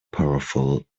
powerful